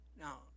Now